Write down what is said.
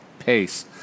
pace